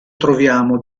troviamo